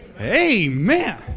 Amen